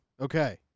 Okay